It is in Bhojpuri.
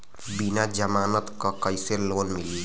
बिना जमानत क कइसे लोन मिली?